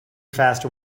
faster